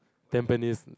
Tampines